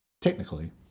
technically